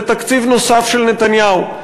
זה תקציב נוסף של נתניהו.